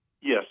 yes